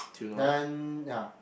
then ya